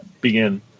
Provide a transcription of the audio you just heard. begin